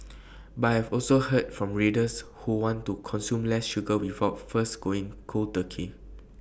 but I have also heard from readers who want to consume less sugar without first going cold turkey